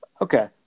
Okay